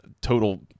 total